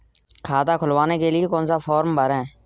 खाता खुलवाने के लिए कौन सा फॉर्म भरें?